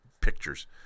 pictures